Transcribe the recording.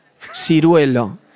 Ciruelo